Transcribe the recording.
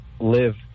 live